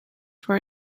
for